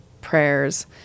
prayers